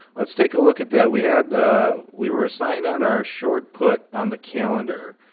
let's take a look at that. we had ah we were assigned on our short put on the calendar.